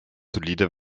solide